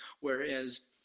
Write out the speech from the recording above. whereas